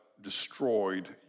destroyed